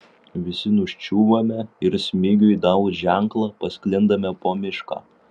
visi nuščiūvame ir smigiui davus ženklą pasklindame po mišką